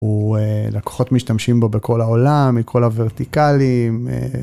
הוא לקוחות משתמשים בו בכל העולם, מכל הוורטיקלים.